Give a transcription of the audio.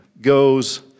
goes